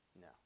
No